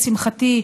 לשמחתי,